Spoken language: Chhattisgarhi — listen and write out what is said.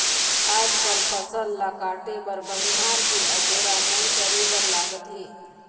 आजकाल फसल ल काटे बर बनिहार के अगोरा नइ करे बर लागत हे